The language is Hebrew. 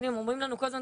הינה אומרים לנו כל הזמן,